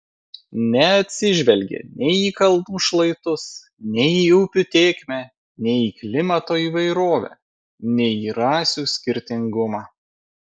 neatsižvelgė nei į kalnų šlaitus nei į upių tėkmę nei į klimato įvairovę nei į rasių skirtingumą